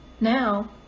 Now